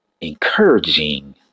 encouraging